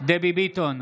דבי ביטון,